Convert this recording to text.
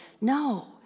No